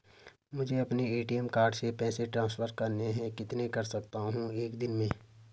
मुझे अपने ATM card से पैसे ट्रांसफर करने हैं कितने कर सकता हूँ एक दिन में?